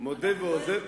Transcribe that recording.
מודה ועוזב.